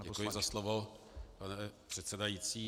Děkuji za slovo, pane předsedající.